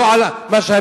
לא על מה שהיה,